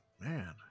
man